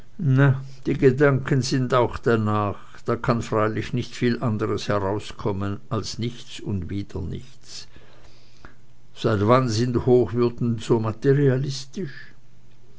die gedanken sind auch danach da kann freilich nicht viel anderes herauskommen als nichts und wieder nichts seit wann sind hochwürden so materialistisch